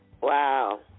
Wow